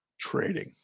trading